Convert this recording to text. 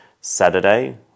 Saturday